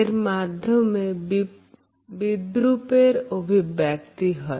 এর মাধ্যমে বিদ্রূপের অভিব্যক্তি হয়